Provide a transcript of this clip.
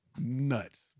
nuts